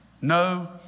no